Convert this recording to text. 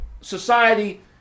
society